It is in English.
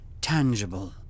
tangible